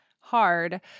hard